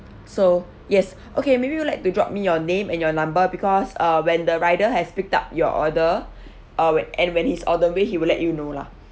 so yes okay maybe you would like to drop me your name and your number because uh when the rider has picked up your order uh when and when he's on the way he will let you know lah